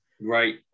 right